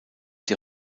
der